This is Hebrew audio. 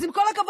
אז עם כל הכבוד,